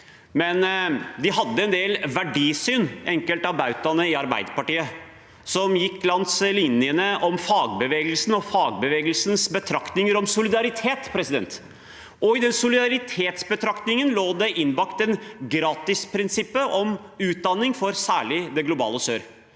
men de hadde et verdisyn, enkelte av bautaene i Arbeiderpartiet, som gikk langs linjene til fagbevegelsens betraktninger om solidaritet, og i den solidaritetsbetraktningen lå innbakt gratisprinsippet om utdanning for særlig det globale sør.